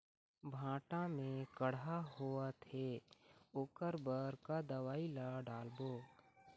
भांटा मे कड़हा होअत हे ओकर बर का दवई ला डालबो?